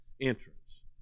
entrance